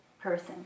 person